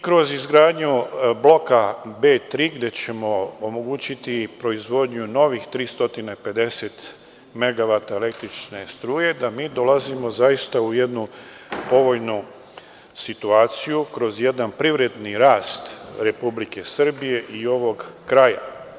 Kroz izgradnju bloka B3 gde ćemo omogućiti proizvodnju novih 350 megavata električne struje, dolazimo u jednu povoljnu situaciju kroz jedan privredni rast Republike Srbije i ovog kraja.